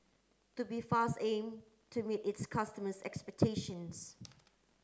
Tubifast aim to meet its customers' expectations